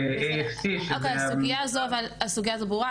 ו AFC שגם --- הסוגיה הזו ברורה.